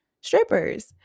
strippers